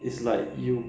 is like you